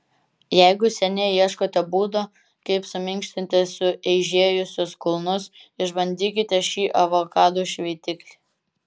jeigu seniai ieškote būdo kaip suminkštinti sueižėjusius kulnus išbandykite šį avokadų šveitiklį